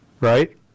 right